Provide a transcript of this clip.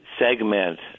segment